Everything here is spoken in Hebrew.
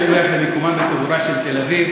אין הכרח במיקומם בטבורה של תל-אביב,